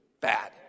Bad